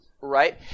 right